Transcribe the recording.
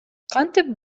кантип